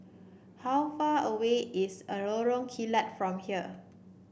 how far away is a Lorong Kilat from here